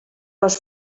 les